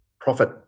profit